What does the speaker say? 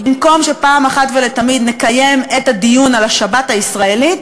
במקום שפעם אחת ולתמיד נקיים את הדיון על השבת הישראלית,